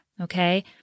Okay